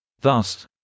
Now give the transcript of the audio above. Thus